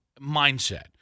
mindset